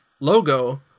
logo